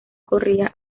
corría